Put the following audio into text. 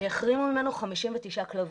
שהחרימו ממנו 59 כלבים.